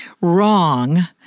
wrong